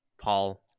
Paul